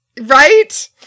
Right